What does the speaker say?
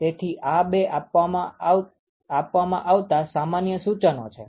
તેથી આ બે આપવામાં આવતા સામાન્ય સૂચનો છે